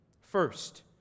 First